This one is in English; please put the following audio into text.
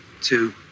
two